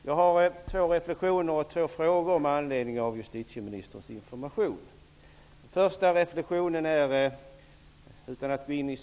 Jag har två reflexioner och två frågor med anledning av justitieministerns information. Den första reflexionen gäller Winbergs utredning.